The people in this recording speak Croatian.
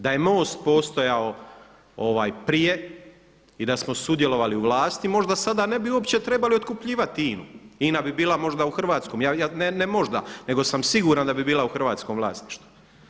Da je MOST postojao prije i da samo sudjelovali u vlasti možda sada ne bi uopće trebali otkupljivati INA-u, INA bi bila možda u hrvatskom, ne možda nego sam siguran da bi bila u hrvatskom vlasništvu.